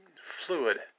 fluid